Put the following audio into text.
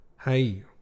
Hey